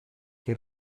che